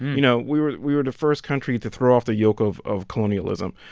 you know, we were we were the first country to throw off the yoke of of colonialism.